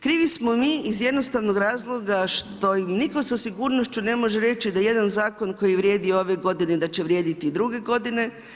Krivi smo mi iz jednostavnog razloga što nitko sa sigurnošću ne može reći da jedan zakon koji vrijedi ove godine da će vrijediti i druge godine.